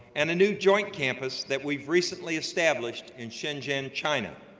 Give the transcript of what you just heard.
and a new joint campus that we've recently established in shenzhen, china,